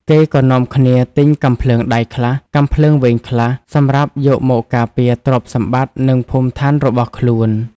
គេក៏នាំគ្នាទិញកាំភ្លើងដៃខ្លះ កាំភ្លើងវែងខ្លះ សម្រាប់យកមកការពារទ្រព្យសម្បត្ដិនិងភូមិឋានរបស់ខ្លួន។